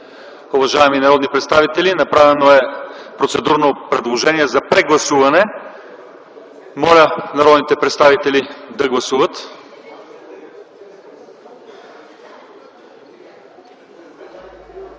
Уважаеми народни представители, направено е процедурно предложение за прегласуване. Моля народните представители да гласуват.